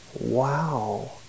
wow